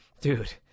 dude